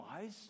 wise